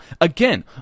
again